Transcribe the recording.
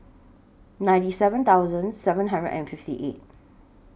ninety seven thousand seven hundred and fifty eight